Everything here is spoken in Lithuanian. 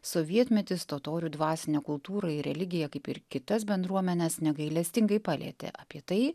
sovietmetis totorių dvasinę kultūrą ir religiją kaip ir kitas bendruomenes negailestingai palietė apie tai